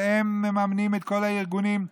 והם מממנים את כל הארגונים.